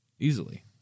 Easily